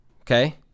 okay